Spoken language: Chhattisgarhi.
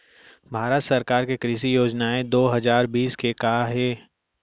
भारत सरकार के कृषि योजनाएं दो हजार बीस के का हे?